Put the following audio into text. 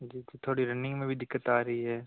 जी त थोड़ी रनिंग में भी दिक्कत आ रही है